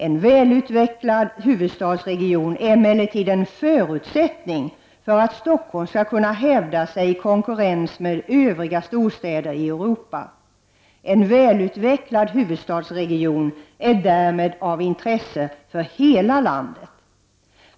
En välutvecklad huvudstadsregion är emellertid en förutsättning för att Stockholm skall kunna hävda sig i konkurrensen med Övriga storstäder i Europa. En välutvecklad storstadsregion är därmed av intresse för hela landet.